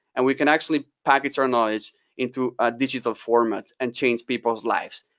and we can actually package our noise into a digital format and change people's lives.